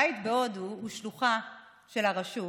הבית בהודו הוא שלוחה של הרשות,